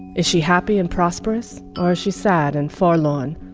is she happy and prosperous, or is she sad and forlorn?